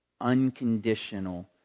unconditional